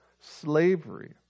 slavery